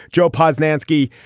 joe posnanski,